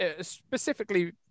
specifically